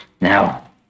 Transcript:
Now